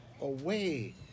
away